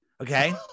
Okay